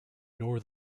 nor